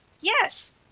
Yes